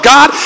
God